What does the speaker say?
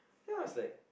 then I was like